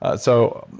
ah so,